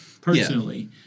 personally